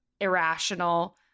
irrational